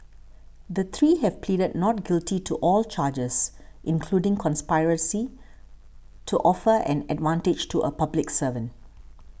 the three have pleaded not guilty to all charges including conspiracy to offer an advantage to a public servant